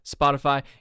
Spotify